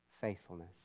faithfulness